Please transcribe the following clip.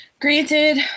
Granted